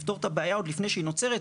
לפתור את הבעיה עוד לפני שהיא נוצרת.